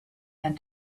had